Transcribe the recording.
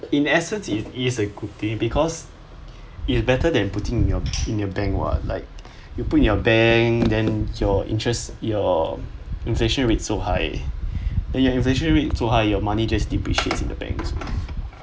in essence it is a good thing because is better than putting in your in your bank [what] like you put in your bank then your interests your inflation rate so high then your inflation rate so high your money just depreciate in the bank so much so